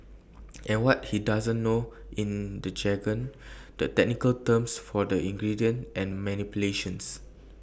and what he doesn't know in the jargon the technical terms for the ingredients and manipulations